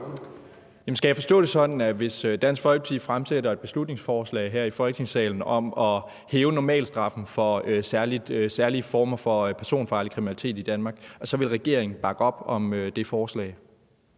skal jeg forstå det sådan, at hvis Dansk Folkeparti fremsætter et beslutningsforslag her i Folketingssalen om at hæve normalstraffen for særlige former for personfarlig kriminalitet i Danmark, så vil regeringen bakke op om det forslag?